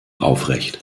aufrecht